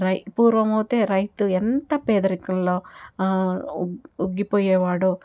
రై పూర్వం అయితే రైతు ఎంత పేదరికంలో మగ్గిపోయేవాడో